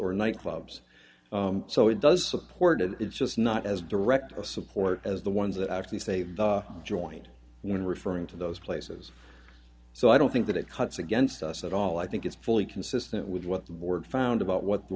or nightclubs so it does support it it's just not as direct a support as the ones that actually save the joint when referring to those places so i don't think that it cuts against us at all i think it's fully consistent with what the board found about what the